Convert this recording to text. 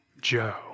Joe